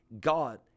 God